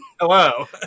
Hello